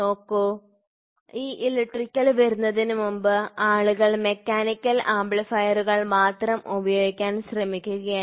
നോക്കൂ ഈ ഇലക്ട്രിക്കൽ വരുന്നതിനുമുമ്പ് ആളുകൾ മെക്കാനിക്കൽ ആംപ്ലിഫയറുകൾ മാത്രം ഉപയോഗിക്കാൻ ശ്രമിക്കുകയായിരുന്നു